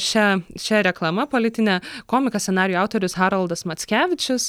šia šia reklama politine komikas scenarijų autorius haroldas mackevičius